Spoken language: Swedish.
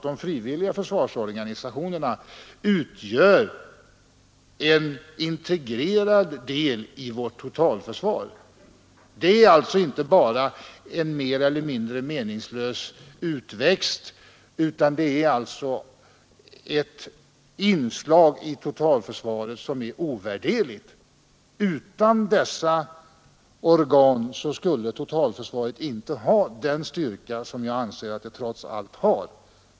De frivilliga försvarsorganisationerna utgör tvärtom en integrerad del i vårt totalförsvar. Det frivilliga försvaret är alltså inte bara en mer eller mindre meningslös utväxt, utan det är ett inslag i totalförsvaret som är ovärderligt. Utan dessa organ skulle totalförsvaret inte ha den styrka som jag anser att det trots allt har.